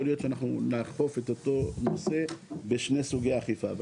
להיות שנאכוף את אותו נושא בשני סוגי אכיפה.